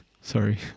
Sorry